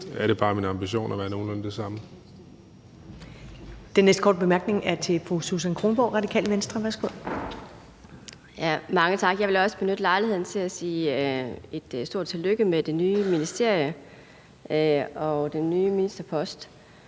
er det bare min ambition at være nogenlunde det samme.